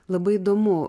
labai įdomu